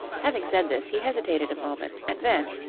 having said this, he hesitated a moment, and then,